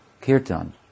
Kirtan